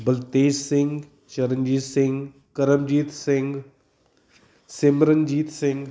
Baltej Singh Charanjit Singh Karamjit Singh Simranjit Singh